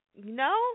No